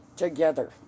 together